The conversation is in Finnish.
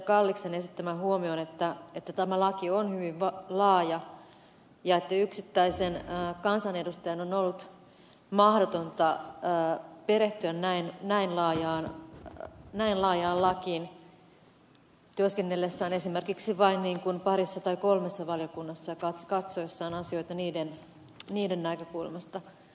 kalliksen esittämään huomioon että tämä laki on hyvin laaja ja että yksittäisen kansanedustajan on ollut mahdotonta perehtyä näin laajaan lakiin työskennellessään esimerkiksi vain parissa tai kolmessa valiokunnassa ja katsoessaan asioita niiden näkökulmasta